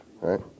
right